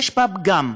יש בה פגם.